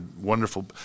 wonderful